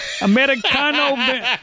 Americano